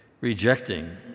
rejecting